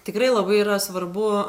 tikrai labai yra svarbu